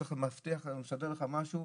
מסדר לך משהו.